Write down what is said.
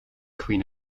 queen